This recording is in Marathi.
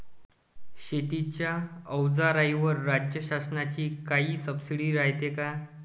शेतीच्या अवजाराईवर राज्य शासनाची काई सबसीडी रायते का?